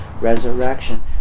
resurrection